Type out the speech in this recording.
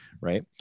right